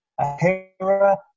Ahera